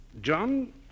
John